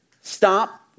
stop